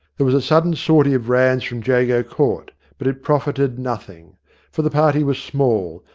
there was a sudden sortie of ranns from jago court, but it profited nothing for the party was small,